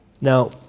Now